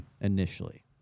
Initially